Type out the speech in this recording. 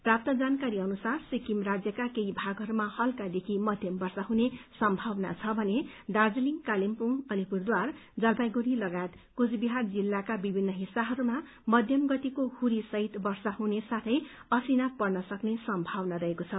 प्रास जानकारी अनुसार सिकिम राज्यको केही भागहरूमा हल्कादेखि मध्यम वर्षा हुने सम्मावना छ भने दार्जीलिङ कालेबुङ अलिपुरद्वार जलपाईगढ़ी लगायत कुचबिहार जिल्लाहरूका विभिन्न हिस्साहरूमा मध्यम गतिको हूरी सहित वर्षा हुने साथै असिना पर्न सक्ने सम्थावना रहेको छ